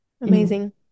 amazing